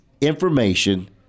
information